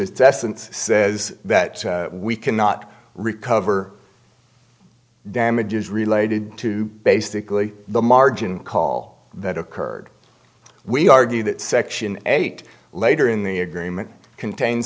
says that we cannot recover damages related to basically the margin call that occurred we argue that section eight later in the agreement contain